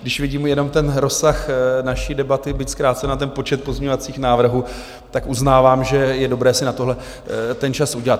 Když vidím jenom ten rozsah naší debaty, byť zkrácen na počet pozměňovacích návrhů, uznávám, že je dobré si na tohle ten čas udělat.